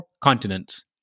continents